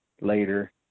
later